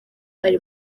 ari